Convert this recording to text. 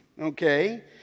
okay